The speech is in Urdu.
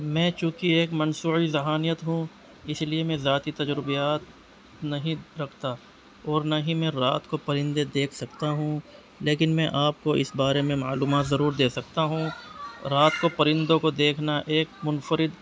میں چونکہ ایک مصنوعی ذہانیت ہوں اس لیے میں ذاتی تجربات نہیں رکھتا اور نہ ہی میں رات کو پرندے دیکھ سکتا ہوں لیکن میں آپ کو اس بارے میں معلومات ضرور دے سکتا ہوں رات کو پرندوں کو دیکھنا ایک منفرد